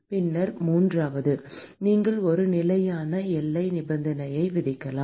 பின்னர் மூன்றாவது நீங்கள் ஒரு நிலையான நேரத்தைப் பார்க்கவும் 0552 எல்லை நிபந்தனையை விதிக்கலாம்